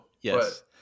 yes